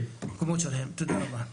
תודה רבה.